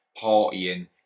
partying